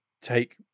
Take